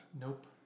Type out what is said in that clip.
Nope